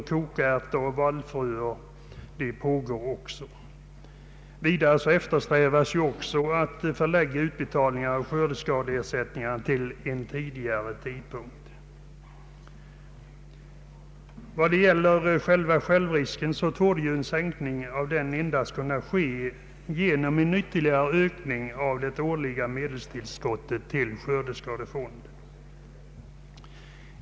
Vidare eftersträvas att förlägga utbetalningarna av skördeskadeersättningarna till en tidigare tidpunkt. Den s.k. självrisken torde kunna sänkas endast genom en ytterligare ökning av det årliga medelstillskottet till skördeskadefonden.